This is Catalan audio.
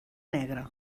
negre